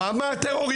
הוא אמר טרוריסט.